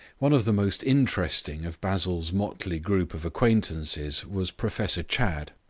one of the most interesting of basil's motley group of acquaintances was professor chadd.